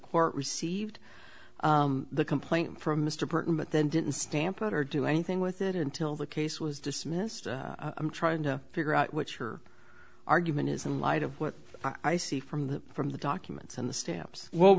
court received the complaint from mr burton but then didn't stamp out or do anything with it until the case was dismissed i'm trying to figure out what your argument is in light of what i see from the from the documents and the stamps well